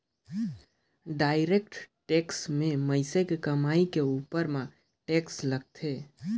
direct tax में मइनसे के कमई के उपर म टेक्स लगथे